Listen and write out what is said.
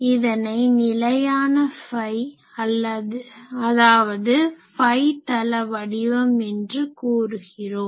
இதனை நிலையான ஃபை அதாவது ஃபை தள வடிவம் என்று கூறுகிறோம்